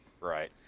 right